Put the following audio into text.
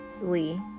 Lee